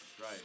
Right